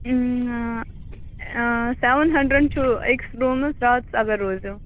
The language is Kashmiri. سٮ۪وَن ہَنٛڈرنٛڈ چھُ أکِس روٗمس راتَس اگر روزِو